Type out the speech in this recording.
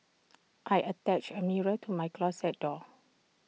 I attached A mirror to my closet door